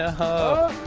ah huh?